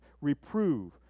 reprove